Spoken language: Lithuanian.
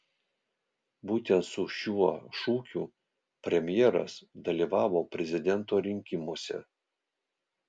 būtent su šiuo šūkiu premjeras dalyvavo prezidento rinkimuose